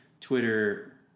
Twitter